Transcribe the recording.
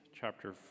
chapter